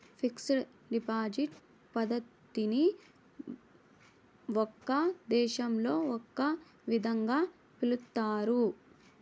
fixed deposit పద్ధతిని ఒక్కో దేశంలో ఒక్కో విధంగా పిలుస్తారు